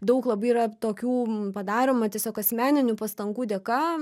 daug labai yra tokių padaroma tiesiog asmeninių pastangų dėka